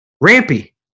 Rampy